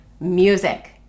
music